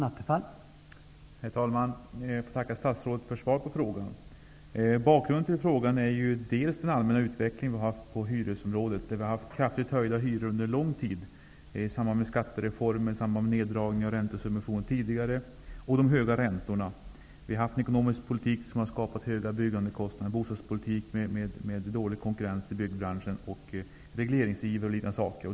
Herr talman! Jag tackar statsrådet för svaret på frågan. Bakgrunden till frågan är bl.a. den allmänna utvecklingen på hyresområdet, där vi har haft kraftigt höjda hyror under en lång tid i samband med skattereformen och i samband med neddragningar av räntesubventioner tidigare och de höga räntorna. Det har förts en ekonomisk politik som har skapat höga byggkostnader, en bostadspolitik som har inneburit dålig konkurrens i byggbranschen och regleringsiver, m.m.